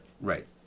Right